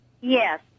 Yes